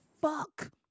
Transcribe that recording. fuck